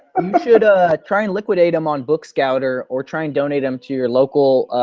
um but should ah try and liquidate them on bookscouter or try and donate them to your local,